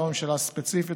לא ממשלה ספציפית,